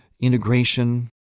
integration